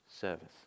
service